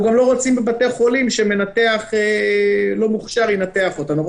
אבל אנחנו גם לא רוצים שמנתח לא מוכשר ינתח אותנו.